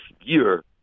year